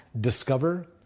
discover